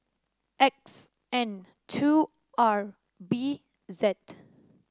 X N two R B Z